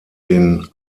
den